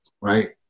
right